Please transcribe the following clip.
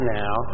now